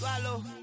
swallow